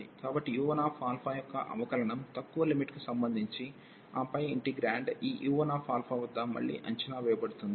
కాబట్టి u1యొక్క అవకలనం తక్కువ లిమిట్ కి సంబంధించి ఆపై ఇంటిగ్రేండ్ ఈ u1 వద్ద మళ్ళీ అంచనా వేయబడుతుంది